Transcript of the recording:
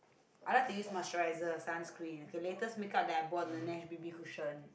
I like to use moisturizer sunscreen okay latest make up that I bought Laneige B_B cushion